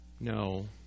No